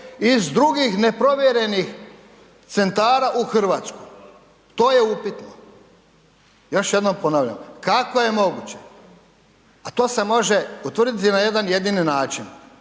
iz drugih neprovjerenih centara u Hrvatsku. To je upitno. Još jednom ponavljam, kako je moguće, a to se može utvrditi na jedan jedini način.